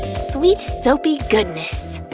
sweet soapy goodness!